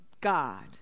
God